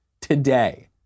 today